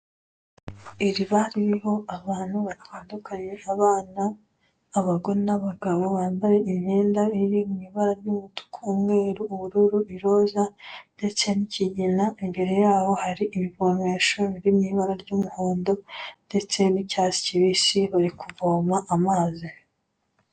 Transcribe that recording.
Iriba ririho abantu batandukanye: abana, abagore n'abagabo bambaye imyenda iri mu ibara ry'umutuku, umweru, ubururu, iroza, ndetse n'ikigina, imbere yaho hari ibivomesho biri mu ibara ry'umuhondo, ndetse n'icyatsi kibisi bari kuvoma amazi.